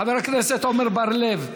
חבר הכנסת עמר בר-לב,